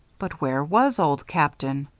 but where was old captain?